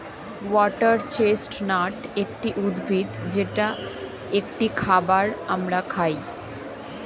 water chestnut একটি উদ্ভিদ যেটা একটি খাবার আমরা খাই